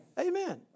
Amen